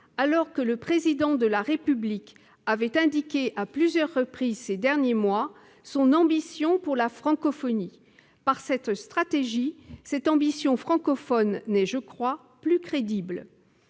alors que le Président de la République avait indiqué à plusieurs reprises ces derniers mois son ambition pour la francophonie ? Au regard de cette stratégie, cette ambition francophone ne me semble plus crédible.